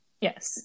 Yes